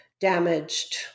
damaged